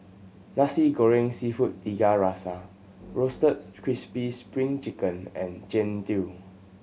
Nasi Goreng Seafood Tiga Rasa Roasted Crispy Spring Chicken and Jian Dui